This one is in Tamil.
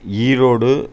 ஈரோடு